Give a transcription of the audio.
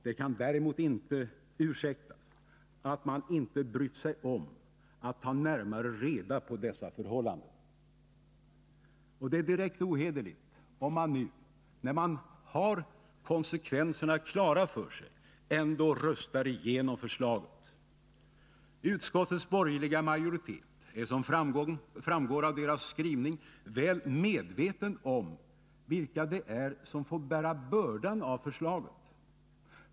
Det kan däremot inte ursäktas att man inte brytt sig om att ta närmare reda på dessa förhållanden. Och det är direkt ohederligt 89 om man nu, när man har konsekvenserna klara för sig, ändå röstar igenom förslaget. Utskottets borgerliga majoritet är, som framgår av dess skrivning, väl medveten om vilka det är som får bära bördan av förslaget.